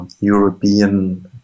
European